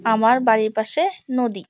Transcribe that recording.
আমার বাড়ির পাশে নদী